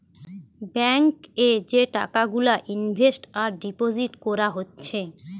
bank এ যে টাকা গুলা ইনভেস্ট আর ডিপোজিট কোরা হচ্ছে